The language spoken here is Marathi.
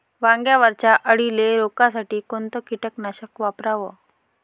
वांग्यावरच्या अळीले रोकासाठी कोनतं कीटकनाशक वापराव?